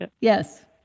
Yes